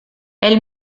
elle